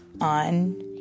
on